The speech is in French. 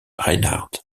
reinhard